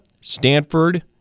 Stanford